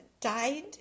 died